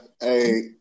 Hey